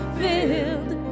filled